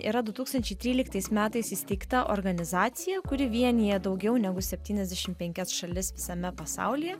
yra du tūkstančiai tryliktais metais įsteigta organizacija kuri vienija daugiau negu septyniasdešim penkias šalis visame pasaulyje